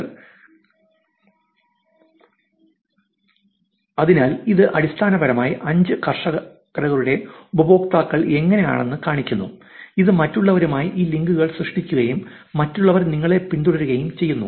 Chris Latko interested in Tech will follow back and Paul Merriwether helping others let us talk soon Aaron lee social media manager അതിനാൽ ഇത് അടിസ്ഥാനപരമായി അഞ്ച് ഫാർമേഴ്സിന്റെ ഉപയോക്താക്കൾ എങ്ങനെയെന്ന് കാണിക്കുന്നു ഇത് മറ്റുള്ളവരുമായി ഈ ലിങ്കുകൾ സൃഷ്ടിക്കുകയും മറ്റുള്ളവർ നിങ്ങളെ പിന്തുടരുകയും ചെയ്യുന്നു